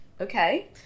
Okay